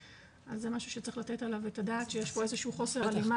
אז זה משהו שצריך לתת עליו את הדעת שיש פה איזשהו חוסר הלימה,